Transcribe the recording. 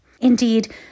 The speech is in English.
Indeed